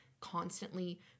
constantly